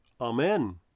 Amen